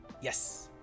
Yes